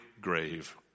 grave